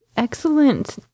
Excellent